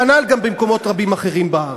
כנ"ל גם במקומות רבים אחרים בארץ.